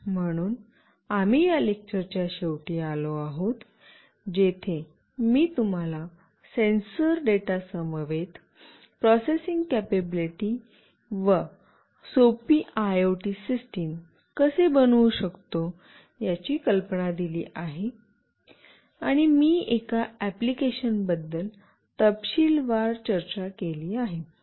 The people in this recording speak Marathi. म्हणून आम्ही या लेक्चरच्या शेवटी आलो आहोत जेथे मी तुम्हाला सेन्सर डेटासमवेत प्रोसेसिंग कपॅबिलिटी व सोपी आयओटी सिस्टम कशी बनवू शकतो याची कल्पना दिली आहे आणि मी एका एप्लिकेशन बद्दल तपशीलवार चर्चा केली आहे